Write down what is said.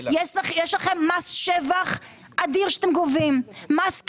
יש לכם מס שבח אדיר שאתם גובים, מס קנייה.